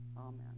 Amen